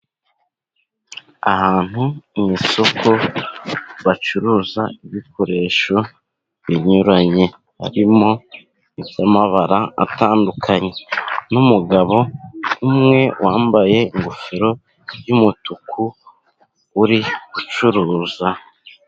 Ahantu mu isoko bacuruza ibikoresho binyuranye, harimo iby'amabara atandukanye n'umugabo umwe wambaye ingofero y'umutuku, uri gucuruza.